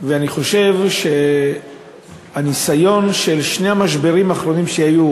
אני חושב שהניסיון של שני המשברים האחרונים שהיו,